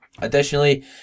Additionally